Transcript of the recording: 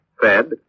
fed